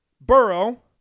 Burrow